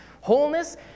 Wholeness